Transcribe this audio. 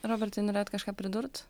robertai norėjot kažką pridurt